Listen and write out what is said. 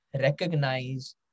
recognize